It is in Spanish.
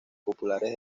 populares